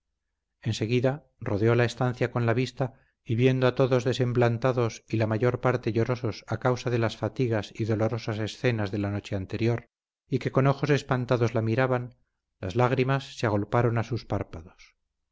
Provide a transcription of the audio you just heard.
enseguida rodeó la estancia con la vista y viendo a todos desemblantados y la mayor parte llorosos a causa de las fatigas y dolorosas escenas de la noche anterior y que con ojos espantados la miraban las lágrimas se agolparon a sus párpados